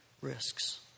risks